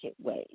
ways